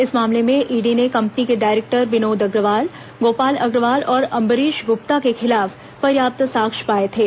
इस मामले में ईडी ने कंपनी के डायरेक्टर विनोद अग्रवाल गोपाल अग्रवाल और अंबरीश ग्प्ता के खिलाफ पर्याप्त साक्ष्य पाये थे